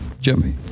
Jimmy